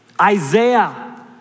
Isaiah